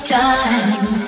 time